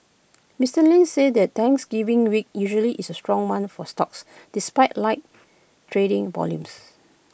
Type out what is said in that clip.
Mister Lynch said the Thanksgiving week usually is A strong one for stocks despite light trading volumes